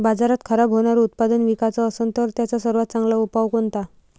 बाजारात खराब होनारं उत्पादन विकाच असन तर त्याचा सर्वात चांगला उपाव कोनता?